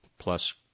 plus